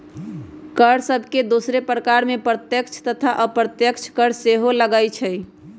कर सभके दोसरो प्रकार में प्रत्यक्ष तथा अप्रत्यक्ष कर सेहो लगाएल जाइ छइ